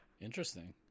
Interesting